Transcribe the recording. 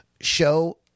show